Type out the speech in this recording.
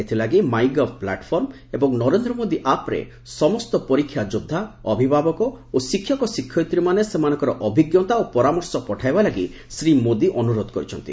ଏଥିଲାଗି MyGov platform ଏବଂ ନରେନ୍ଦ୍ର ମୋଦୀ ଆପ୍ରେ ସମସ୍ତ ପରୀକ୍ଷା ଯୋଦ୍ଧା ଅଭିଭାବକ ଓ ଶିକ୍ଷକ ଶିକ୍ଷୟିତ୍ରୀମାନେ ସେମାନଙ୍କର ଅଭିଜ୍ଞତା ଓ ପରାମର୍ଶ ପଠାଇବା ଲାଗି ଶ୍ରୀ ମୋଦୀ ଅନୁରୋଧ କରିଛନ୍ତି